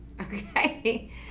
Okay